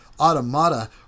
automata